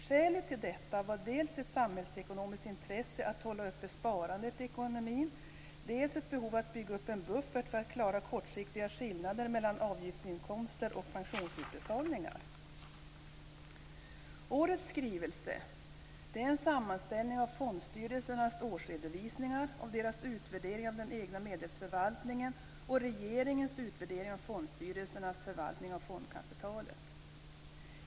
Skälet till detta var dels ett samhällsekonomiskt intressen av att hålla uppe sparandet i ekonomin, dels ett behov av att bygga upp en buffert för att klara kortsiktiga skillnader mellan avgiftsinkomster och pensionsutbetalningar. Årets skrivelse är en sammanställning av fondstyrelsernas årsredovisningar, deras utvärderingar av den egna medelsförvaltningen och regeringens utvärdering av fondstyrelsernas förvaltning av fondkapitalet.